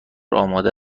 آماده